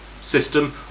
system